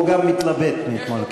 הוא גם מתלבט מאתמול.